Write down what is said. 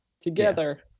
together